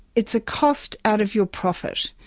it's a cost out of your profit.